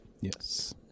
Yes